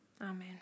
amen